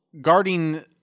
guarding